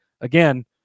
again